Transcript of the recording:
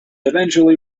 eventually